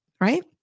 right